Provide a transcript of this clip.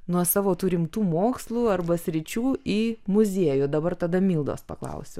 nuo savo tų rimtų mokslų arba sričių į muziejų dabar tada mildos paklausiu